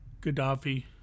Gaddafi